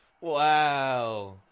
Wow